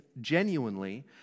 genuinely